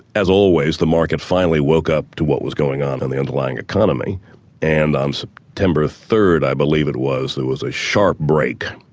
as always, the market finally woke up to what was going on in the underlying economy and on um september third i believe it was, there was a sharp break,